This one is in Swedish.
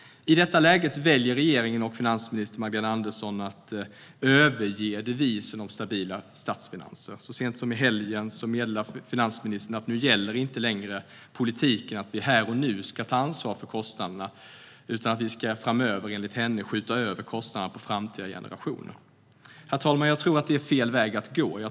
I detta läge väljer regeringen och finansminister Magdalena Andersson att överge devisen om stabila statsfinanser. Så sent som i helgen meddelade finansministern att nu gäller inte längre politiken att vi här och nu ska ta ansvar för kostnaderna. Vi ska framöver enligt henne skjuta över kostnaderna på framtida generationer. Herr talman! Jag tror att det är fel väg att gå.